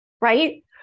right